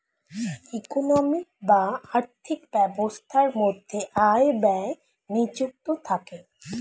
economy বা আর্থিক ব্যবস্থার মধ্যে আয় ব্যয় নিযুক্ত থাকে